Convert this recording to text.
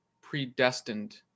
predestined